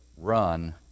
run